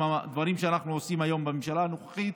עם הדברים שאנחנו עושים היום בממשלה הנוכחית,